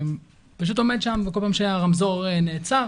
פשוט עומד שם, ובכל פעם שהיה רמזור נעצר,